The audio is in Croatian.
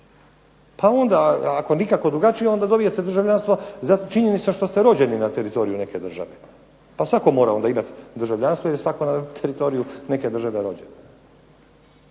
Pa onda ako nikako drugačije, onda dobijete državljanstvo za činjenicu što ste rođeni na teritoriju neke države, pa svatko mora onda imati državljanstvo, jer je svatko na teritoriju neke države rođen.